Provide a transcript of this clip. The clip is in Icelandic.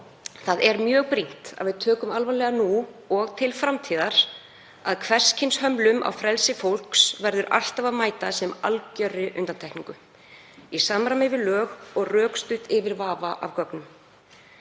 Það er mjög brýnt að við tökum alvarlega nú og til framtíðar að hvers kyns hömlum á frelsi fólks verður alltaf að mæta sem algjörri undantekningu í samræmi við lög og rökstutt yfir vafa með gögnum.